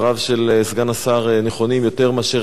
יותר מאשר ראינו וחווינו בחצר-סרגיי,